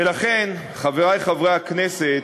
ולכן, חברי חברי הכנסת,